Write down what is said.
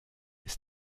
ist